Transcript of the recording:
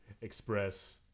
express